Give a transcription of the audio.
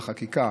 בחקיקה,